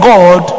God